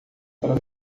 para